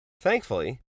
Thankfully